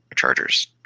Chargers